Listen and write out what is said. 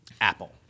apple